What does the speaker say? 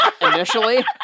initially